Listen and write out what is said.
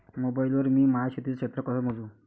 Mobile वर मी माया शेतीचं क्षेत्र कस मोजू?